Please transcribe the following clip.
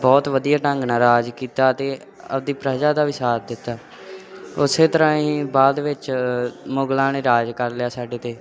ਬਹੁਤ ਵਧੀਆ ਢੰਗ ਨਾਲ ਰਾਜ ਕੀਤਾ ਅਤੇ ਆਪਦੀ ਪ੍ਰਜਾ ਦਾ ਵੀ ਸਾਥ ਦਿੱਤਾ ਉਸ ਤਰ੍ਹਾਂ ਹੀ ਬਾਅਦ ਵਿੱਚ ਮੁਗਲਾਂ ਨੇ ਰਾਜ ਕਰ ਲਿਆ ਸਾਡੇ 'ਤੇ